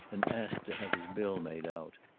and asked to have his bill made out.